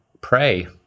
pray